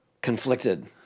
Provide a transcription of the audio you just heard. Conflicted